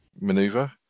maneuver